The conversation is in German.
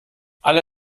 alle